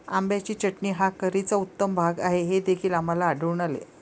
आंब्याची चटणी हा करीचा उत्तम भाग आहे हे देखील आम्हाला आढळून आले